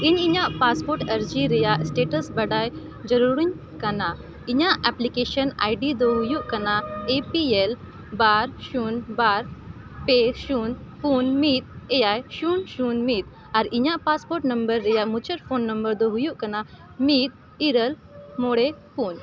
ᱤᱧ ᱤᱧᱟᱹᱜ ᱟᱹᱨᱡᱤ ᱨᱮᱭᱟᱜ ᱵᱟᱰᱟᱭ ᱡᱟᱹᱨᱩᱲᱟᱹᱧ ᱠᱟᱱᱟ ᱤᱧᱟᱹᱜ ᱫᱚ ᱦᱩᱭᱩᱜ ᱠᱟᱱᱟ ᱮ ᱯᱤ ᱮᱞ ᱵᱟᱨ ᱥᱩᱱ ᱵᱟᱨ ᱯᱮ ᱥᱩᱱ ᱯᱩᱱ ᱢᱤᱫ ᱮᱭᱟᱭ ᱥᱩᱱ ᱥᱩᱱ ᱢᱤᱫ ᱟᱨ ᱤᱧᱟᱹᱜ ᱨᱮᱭᱟᱜ ᱢᱩᱪᱟᱹᱫ ᱫᱚ ᱦᱩᱭᱩᱜ ᱠᱟᱱᱟ ᱢᱤᱫ ᱤᱨᱟᱹᱞ ᱢᱚᱬᱮ ᱯᱩᱱ